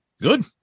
Good